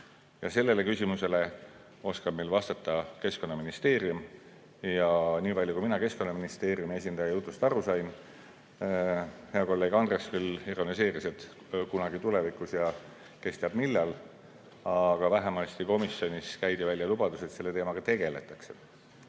Sellele küsimusele oskab meil vastata Keskkonnaministeerium. Ja nii palju, kui mina Keskkonnaministeeriumi esindaja jutust aru sain – hea kolleeg Andres küll ironiseeris, et kunagi tulevikus ja kes teab millal –, vähemasti komisjonis käidi välja lubadus, et selle teemaga tegeldakse.